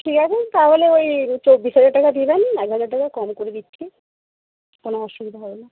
ঠিক আছে তাহলে ওই চব্বিশ হাজার টাকা দেবেন এক হাজার টাকা কম করে দিচ্ছি কোনো অসুবিধা হবে না